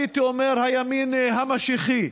הייתי אומר: הימין המשיחי,